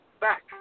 back